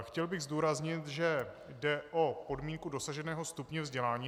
Chtěl bych zdůraznit, že jde o podmínku dosaženého stupně vzdělání.